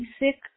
basic